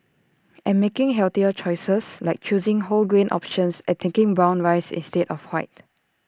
and making healthier choices like choosing whole grain options and taking brown rice instead of white